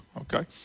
okay